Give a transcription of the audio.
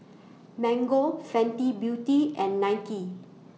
Mango Fenty Beauty and Nike